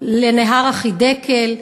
לנהר החידקל.